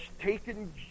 taken